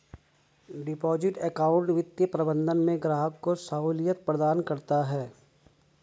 deposit account वित्तीय प्रबंधन में ग्राहक को सहूलियत प्रदान करता है